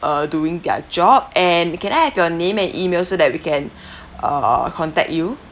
uh doing their job and can I have your name and email so that we can uh contact you